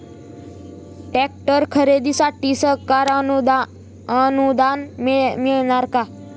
Tractor खरेदीसाठी सरकारी अनुदान मिळणार का?